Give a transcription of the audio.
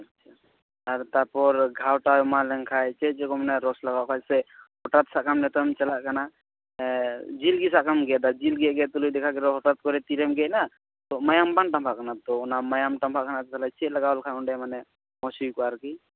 ᱳ ᱟᱪᱪᱷᱟ ᱟᱨ ᱛᱟᱯᱚᱨ ᱜᱷᱟᱣᱼᱴᱟᱣ ᱮᱢᱟᱱ ᱞᱮᱱ ᱠᱷᱟᱡ ᱪᱮᱫ ᱡᱚ ᱠᱚ ᱢᱮᱱᱟᱜᱼᱟ ᱨᱚᱥ ᱞᱟᱜᱟᱣ ᱟᱠᱟᱡ ᱠᱷᱟᱡ ᱥᱮ ᱯᱚᱴᱟᱥ ᱥᱟᱠᱟᱢ ᱱᱤᱛᱳᱝ ᱪᱟᱞᱟᱜ ᱠᱟᱱᱟ ᱡᱤᱞ ᱜᱮ ᱥᱟᱵ ᱠᱟᱜ ᱢᱮ ᱜᱮᱫ ᱮᱱᱟᱢ ᱡᱤᱞ ᱜᱮᱫ ᱜᱮᱫ ᱛᱩᱞᱩᱡ ᱫᱮᱠᱷᱟ ᱜᱮᱞᱚ ᱦᱚᱴᱟᱛ ᱠᱚᱨᱮ ᱛᱤᱨᱮᱢ ᱜᱮᱫᱼᱮᱱᱟ ᱛᱚ ᱢᱟᱭᱟᱢ ᱵᱟᱝ ᱛᱟᱸᱵᱷᱟᱜ ᱠᱟᱱᱟ ᱛᱚ ᱚᱱᱟ ᱢᱟᱭᱟᱢ ᱛᱟᱸᱵᱷᱟᱜ ᱠᱟᱱᱟ ᱟᱫᱚ ᱛᱟᱦᱚᱞᱮ ᱪᱮᱫ ᱞᱟᱜᱟᱣ ᱞᱮᱠᱷᱟᱱ ᱚᱸᱰᱮ ᱢᱟᱱᱮ ᱢᱚᱡᱽ ᱦᱩᱭ ᱠᱚᱜᱼᱟ ᱟᱨᱠᱤ